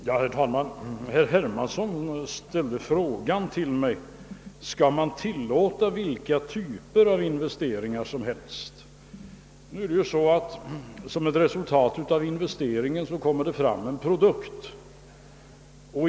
Herr talman! Herr Hermansson ställde en fråga till mig: Skall man tillåta vilka typer av investeringar som helst? Det förhåller sig ju så att det som resultat av en investering kommer fram en produkt.